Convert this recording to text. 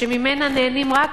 שממנה נהנים רק